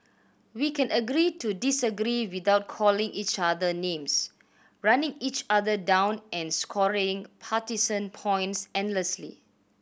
we can agree to disagree without calling each other names running each other down and scoring partisan points endlessly